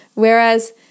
Whereas